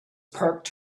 parked